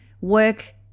work